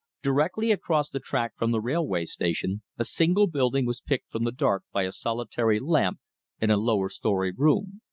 directly across the track from the railway station, a single building was picked from the dark by a solitary lamp in a lower-story room.